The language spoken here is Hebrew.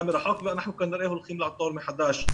מרחוק ואנחנו כנראה הולכים לעתור מחדש.